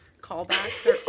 callbacks